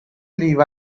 leave